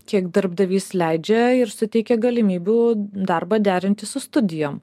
kiek darbdavys leidžia ir suteikia galimybių darbą derinti su studijom